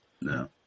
No